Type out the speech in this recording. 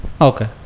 Okay